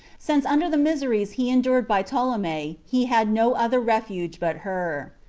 since under the miseries he endured by ptolemy he had no other refuge but her.